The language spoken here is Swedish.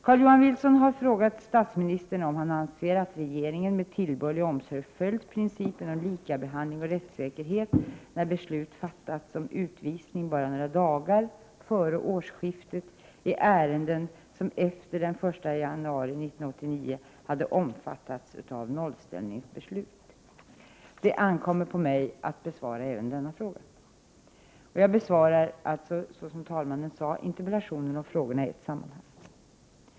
Carl-Johan Wilson har frågat statsministern om han anser att regeringen med tillbörlig omsorg följt principen om likabehandling och rättssäkerhet, när beslut fattats om utvisning bara några dagar före årsskiftet i ärenden som efter den 1 januari 1989 hade omfattats av nollställningsbeslut. Det ankommer på mig att besvara även denna fråga. Jag besvarar interpellationerna och frågorna i ett sammanhang.